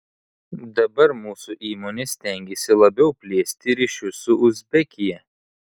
dabar mūsų įmonė stengiasi labiau plėsti ryšius su uzbekija